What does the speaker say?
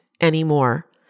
anymore